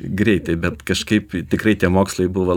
greitai bet kažkaip tikrai tie mokslai buvo